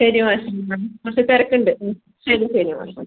ശരി മാഷേ ഇന്ന് കുറച്ച് തിരക്ക് ഉണ്ട് ശരി ശരി മാഷേ മതി